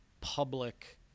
public